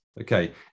Okay